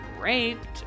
raped